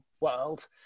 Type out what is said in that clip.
world